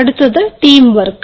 അടുത്തത് team work